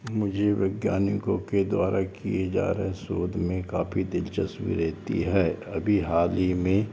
मुझे वैज्ञानिकों के द्वारा किए जा रहे शोध में काफ़ी दिलचस्पी रहती है अभी हाल ही में